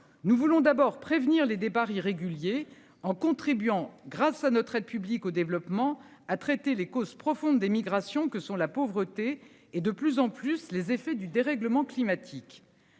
Nous voulons d'abord prévenir les départs irréguliers en contribuant grâce à notre aide publique au développement, à traiter les causes profondes des migrations que sont la pauvreté et de plus en plus les effets du dérèglement climatique.